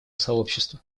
сообщества